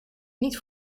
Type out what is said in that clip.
niet